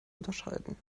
unterscheiden